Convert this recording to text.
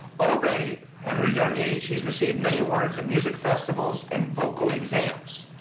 already at her young age she's received many awards at music festivals and vocal exams.